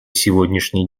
сегодняшней